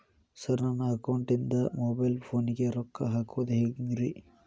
Sir ನನ್ನ ಅಕೌಂಟದಿಂದ mobile ಫೋನಿಗೆ ರೊಕ್ಕ ಹಾಕೋದು ಹೆಂಗ್ರಿ?